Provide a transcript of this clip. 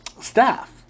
staff